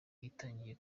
itangiye